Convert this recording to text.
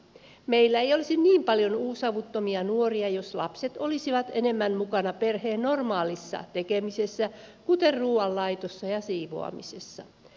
meillä ei olisi niin paljon uusavuttomia nuoria jos lapset olisivat enemmän mukana perheen normaalissa tekemisessä kuten ruuanlaitossa ja siivoamisessa